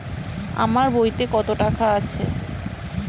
আমার বইতে কত টাকা আছে?